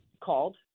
called